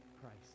Christ